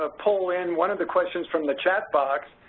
ah pull in one of the questions from the chat box.